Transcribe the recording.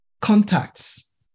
contacts